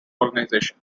organization